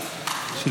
בוסקילה.